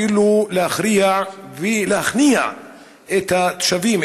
כאילו להכריע ולהכניע את התושבים,